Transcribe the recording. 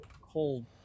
whole